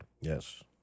Yes